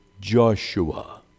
Joshua